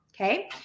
Okay